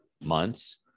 months